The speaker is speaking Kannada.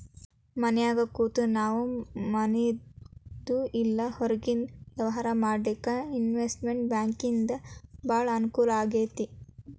ಮನ್ಯಾಗ್ ಕೂತ ನಾವು ಮನಿದು ಇಲ್ಲಾ ಹೊರ್ಗಿನ್ ವ್ಯವ್ಹಾರಾ ಮಾಡ್ಲಿಕ್ಕೆ ಇನ್ಟೆರ್ನೆಟ್ ಬ್ಯಾಂಕಿಂಗಿಂದಾ ಭಾಳ್ ಅಂಕೂಲಾಗೇತಿ